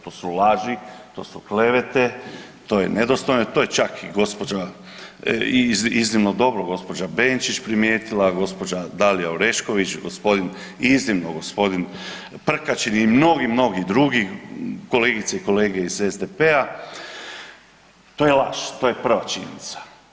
To su laži, to su klevete, to je nedostojno, to je čak i gospođa iznimno dobro gospođa Benčić primijetila, gospođa Dalija Orešković, iznimno g. Prkačin i mnogi, mnogi drugi kolegice i kolege iz SDP-a, to je laž, to je prva činjenica.